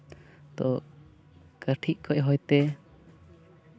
ᱛᱳ ᱠᱟᱹᱴᱤᱡ ᱠᱷᱚᱡ ᱦᱚᱭᱛᱮ